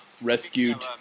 rescued